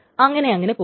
അങ്ങനെ അങ്ങനെ പോകും